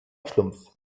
schlumpf